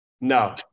No